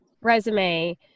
resume